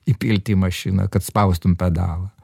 įpilt į mašiną kad spaustum pedalą